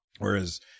Whereas